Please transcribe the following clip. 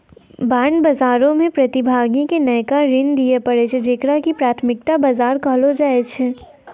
bond बजारो मे प्रतिभागी के नयका ऋण दिये पड़ै छै जेकरा की प्राथमिक बजार कहलो जाय छै